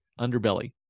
underbelly